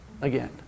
again